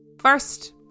First